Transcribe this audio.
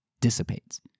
dissipates